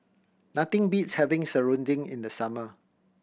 nothing beats having serunding in the summer